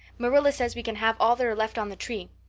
marilla says we can have all that are left on the tree.